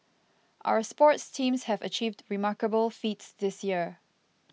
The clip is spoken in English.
our sports teams have achieved remarkable feats this year